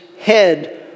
head